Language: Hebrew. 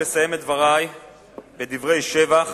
לסיים את דברי בדברי שבח